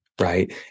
right